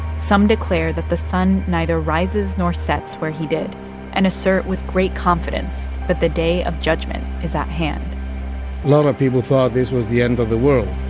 some declare that the sun neither rises nor sets where he did and assert with great confidence that the day of judgment is at hand a lot of people thought this was the end of the world